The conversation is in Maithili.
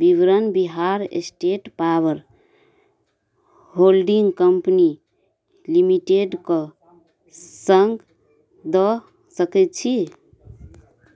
विवरण Bihar state power holding company लिमिटेडके सङ्ग दऽ सकै छी